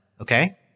Okay